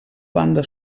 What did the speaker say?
banda